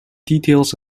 details